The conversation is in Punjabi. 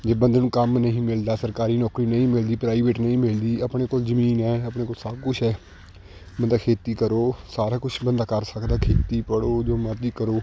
ਜੇ ਬੰਦੇ ਨੂੰ ਕੰਮ ਨਹੀਂ ਮਿਲਦਾ ਸਰਕਾਰੀ ਨੌਕਰੀ ਨਹੀਂ ਮਿਲਦੀ ਪ੍ਰਾਈਵੇਟ ਨਹੀਂ ਮਿਲਦੀ ਆਪਣੇ ਕੋਲ ਜਮੀਨ ਹੈ ਆਪਣੇ ਕੋਲ ਸਭ ਕੁਛ ਹੈ ਬੰਦਾ ਖੇਤੀ ਕਰੋ ਸਾਰਾ ਕੁਛ ਬੰਦਾ ਕਰ ਸਕਦਾ ਹੈ ਖੇਤੀ ਪੜ੍ਹੋ ਜੋ ਮਰਜ਼ੀ ਕਰੋ